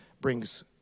brings